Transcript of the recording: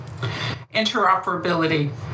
Interoperability